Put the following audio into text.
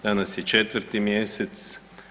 Danas je 4. mjesec.